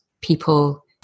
people